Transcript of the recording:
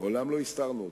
מעולם לא הסתרנו אותם.